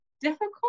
difficult